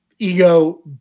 Ego